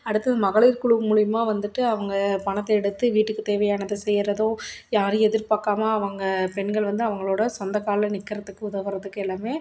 அடுத்து மகளிர் குழு மூலயமா வந்துட்டு அவங்க பணத்தை எடுத்து வீட்டுக்கு தேவையானதை செய்கிறதோ யாரையும் எதிர் பார்க்காம அவங்க பெண்கள் வந்து அவங்களோட சொந்த காலில் நிற்கிறதுக்கு உதவுகிறதுக்கு எல்லாமே